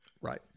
Right